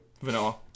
Vanilla